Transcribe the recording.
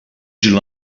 july